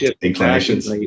inclinations